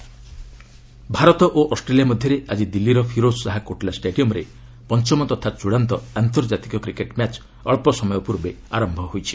cricket Bharat ଓ Australia ମଧ୍ୟରେ ଆଜି ଦିଲ୍ଲୀର ଫିରୋଜ୍ ଶହା କୋଟ୍ଲା ଷ୍ଟାଡିୟମ୍ରେ ପଞ୍ଚମ ତଥା ଚୃଡ଼ାନ୍ତ ଆନ୍ତର୍ଜାତିକ କ୍ରିକେଟ୍ ମ୍ୟାଚ୍ ଅଳ୍ପ ସମୟ ପୂର୍ବେ ଆରମ୍ଭ ହୋଇଛି